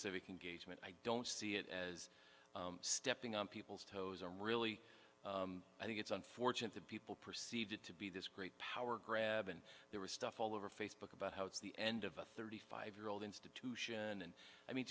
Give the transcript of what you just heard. civic engagement i don't see it as stepping on people's toes or really i think it's unfortunate that people perceive it to be this great power grab and there was stuff all over facebook about how it's the end of a thirty five year old institution and i mean